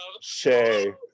shay